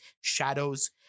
shadows